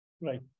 Right